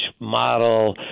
model